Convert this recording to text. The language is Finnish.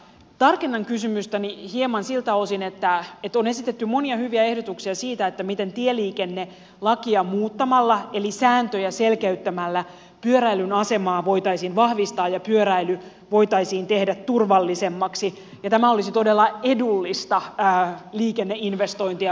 tarkennan kysymystäni hieman siltä osin että on esitetty monia hyviä ehdotuksia siitä miten tieliikennelakia muuttamalla eli sääntöjä selkeyttämällä pyöräilyn asemaa voitaisiin vahvistaa ja pyöräily voitaisiin tehdä turvallisemmaksi ja lain muuttaminen olisi todella edullista liikenneinvestointia